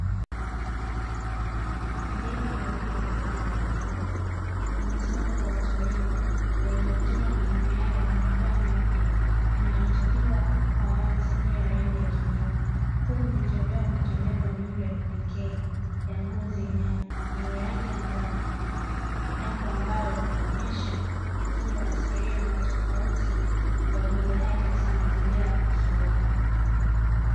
Ndege wawili wa kware wa kufugwa, wamesimama kwa utulivu wenye uzuri wa manyoya yao yenye madoa meupe yanayojitokeza kwa wazi juu ya rangi ya kijivu, huku vichwa vyao vikibeba miundo ya kipekee ya ngozi yenye rangi ya ngavu. Jambo ambalo linaonyesha uzuri wa asilia na utofauti wa viumbe hai katika mazingira ya kufugwa.